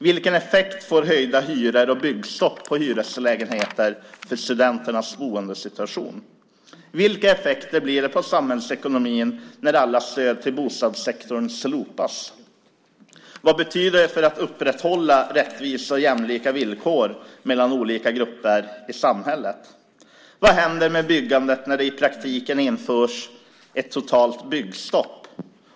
Vilken effekt får höjda hyror och byggstopp på hyreslägenheter för studenternas boendesituation? Vilka effekter blir det på samhällsekonomin när alla stöd till bostadssektorn slopas? Vad betyder det för att upprätthålla rättvisa och jämlika villkor mellan olika grupper i samhället? Vad händer med byggandet när det i praktiken införs ett totalt byggstopp?